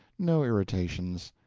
no irritations,